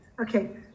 Okay